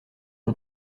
ont